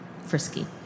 frisky